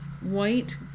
white